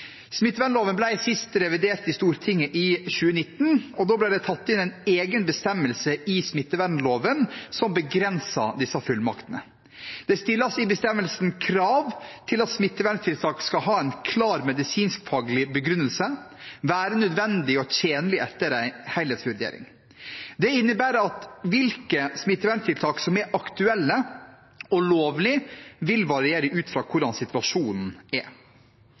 sist revidert i Stortinget i 2019, og da ble det tatt inn en egen bestemmelse i smittevernloven som begrenser disse fullmaktene. Det stilles i bestemmelsen krav til at smitteverntiltak skal ha en klar medisinskfaglig begrunnelse og være nødvendig og tjenlig etter en helhetsvurdering. Det innebærer at hvilke smitteverntiltak som er aktuelle og lovlige, vil variere ut fra hvordan situasjonen er.